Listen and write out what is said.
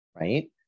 right